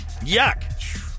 Yuck